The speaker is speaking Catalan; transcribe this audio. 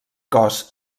cos